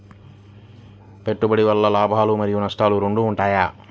పెట్టుబడి వల్ల లాభాలు మరియు నష్టాలు రెండు ఉంటాయా?